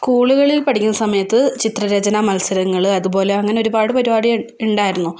സ്കൂളുകളിൽ പഠിക്കുന്ന സമയത്ത് ചിത്രരചന മത്സരങ്ങൾ അതുപോലെ അങ്ങനെ ഒരുപാട് പരിപാടി ഉണ്ടായിരുന്നു